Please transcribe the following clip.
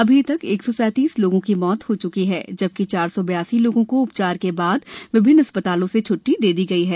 अभी तक एक सौ सैंतीस लोगों की मौत हो च्की है जबकि चार सौ बयासी लोगों को उपचार के बाद विभिन्न अस्पतालों से छ्ट्टी दे दी गई है